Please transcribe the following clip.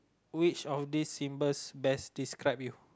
which of these symbols best describe you